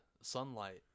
sunlight